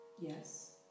Yes